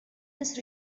this